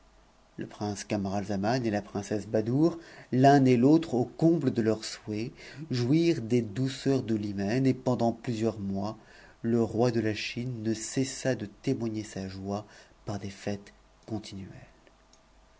le prince camaralzaman et la princesse badoure l'un et l'autre au comble de leurs souhaits jouirent des douceurs de l'hymen et pendant plusieurs mois le roi de la chine ne cessa de témoigner sa joie par des fêtes continuelles